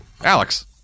Alex